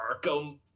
arkham